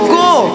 go